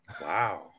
Wow